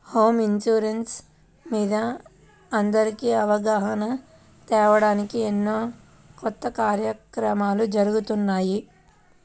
home insurance మీద అందరికీ అవగాహన తేవడానికి ఎన్నో కొత్త కార్యక్రమాలు జరుగుతున్నాయి